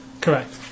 Correct